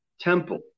temple